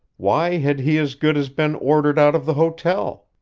why had he as good as been ordered out of the hotel?